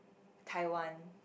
Taiwan